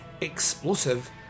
explosive